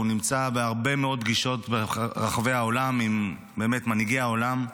הוא נמצא בהרבה מאוד פגישות ברחבי העולם עם מנהיגי העולם.